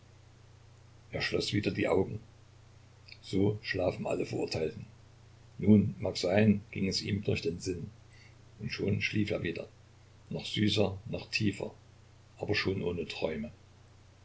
er schloß wieder die augen so schlafen alle verurteilten nun mag sein ging es ihm durch den sinn und schon schlief er wieder noch süßer noch tiefer aber schon ohne träume